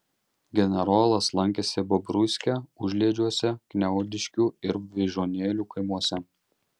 generolas lankėsi bobruiske užliedžiuose kniaudiškių ir vyžuonėlių kaimuose